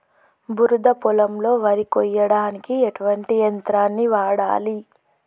బురద పొలంలో వరి కొయ్యడానికి ఎటువంటి యంత్రాన్ని వాడాలి?